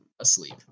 Asleep